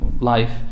life